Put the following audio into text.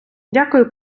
дякую